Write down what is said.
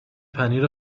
پنیر